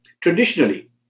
traditionally